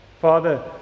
father